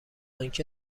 اینکه